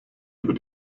über